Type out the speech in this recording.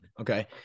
Okay